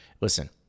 Listen